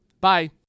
Bye